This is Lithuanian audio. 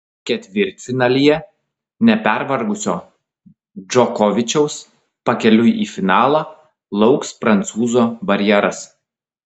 ketvirtfinalyje nepervargusio džokovičiaus pakeliui į finalą lauks prancūzo barjeras